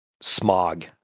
smog